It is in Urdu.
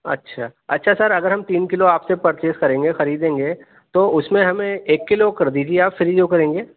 اچھا اچھا سر اگر ہم تین کلو آپ سے پرچیز کریں گے خریدیں گے تو اُس میں ہمیں ایک کلو کر دیجئے آپ فری کو کریں گے